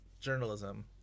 journalism